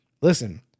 Listen